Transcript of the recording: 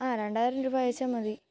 ആഹ് രണ്ടായിരം രൂപാ അയച്ചാല് മതി